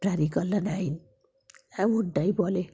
প্রাণী কল্যাণ আইন এমনটাই বলে